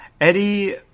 Eddie